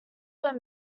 were